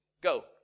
Go